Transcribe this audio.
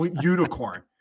unicorn